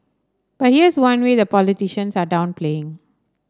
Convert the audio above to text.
but here is one worry the politicians are downplaying